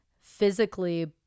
physically